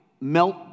melt